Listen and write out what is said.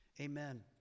amen